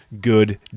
good